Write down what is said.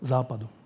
Západu